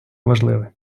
важливе